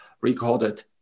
recorded